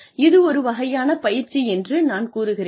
இது ஒரு வகையான பயிற்சி என்று நான் கூறுகிறேன்